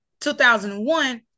2001